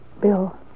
Bill